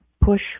push